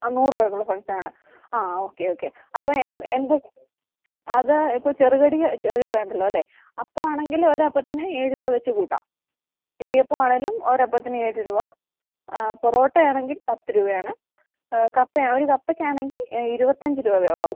ആ നൂറ് പേർക്കുള്ള ഫംഗ്ഷനാണ് ആ ഓക്കെ ഓക്കെ അപ്പം എന്ത് അത് ഇപ്പം ചെറുകടി ചെറുകടി വേണ്ടല്ലോ അല്ലേ അപ്പം ആണെങ്കിൽ ഒരപ്പത്തിന് ഏഴ് രൂപ വെച്ച് കൂട്ടാം ഇടിയപ്പവും ആണേലും ഒരപ്പത്തിനേഴ് രൂപ പൊറോട്ടയാണെങ്കിൽ പത്ത് രൂപയാണ് കപ്പ ആ ഒരു കപ്പയ്ക്കാണെങ്കിൽ ഇരുപത്തിയഞ്ച് രൂപയും ആകും